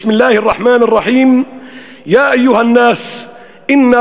בסם אללה א-רחמאן א-רחים: "יא איהא אל-נאס אנא